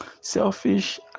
selfish